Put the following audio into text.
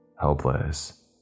helpless